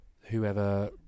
whoever